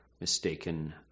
mistaken